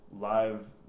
live